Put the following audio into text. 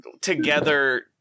together